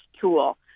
tool